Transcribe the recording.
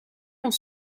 ont